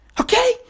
Okay